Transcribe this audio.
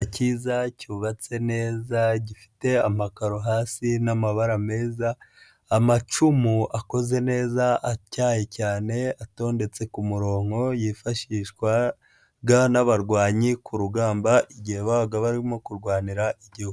Kiza cyubatse neza gifite amakaro hasi n'amabara meza, amacumu akoze neza atyaye cyane atondetse ku murongo, yifashishwaga n'abarwanyi ku rugamba igihe babaga barimo kurwanira igihugu.